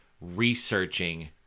researching